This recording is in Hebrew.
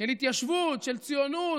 של התיישבות, של ציונות,